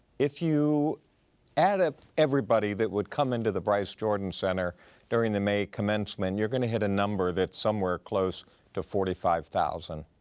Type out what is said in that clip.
if you add up everybody that would come into the bryce jordan center during the may commencement, you're gonna hit a number that's somewhere close to forty five thousand.